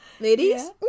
ladies